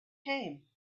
came